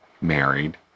married